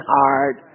hard